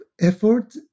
effort